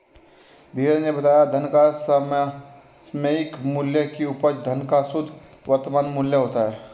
धीरज ने बताया धन का समसामयिक मूल्य की उपज धन का शुद्ध वर्तमान मूल्य होता है